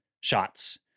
shots